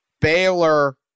Baylor